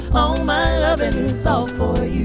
oh my love in so